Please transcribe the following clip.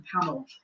panel